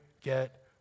get